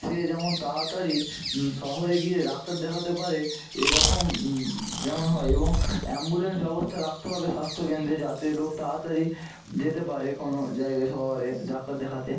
সে যেমন তাড়াতাড়ি শহরে গিয়ে ডাক্তার দেখাতে পারে এরখম যেমন হয় এবং অ্যাম্বুলেন্স ব্যবস্থা রাখতে হবে স্বাস্থ্যকেন্দ্রে যাতে লোক তাড়াতাড়ি যেতে পারে কোনো জায়গায় শহরে ডাক্তার দেখাতে